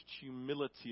humility